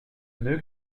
nœud